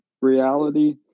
reality